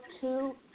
two